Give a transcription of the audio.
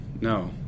no